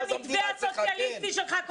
את לא מבינה את זה?